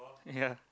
ya